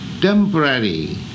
temporary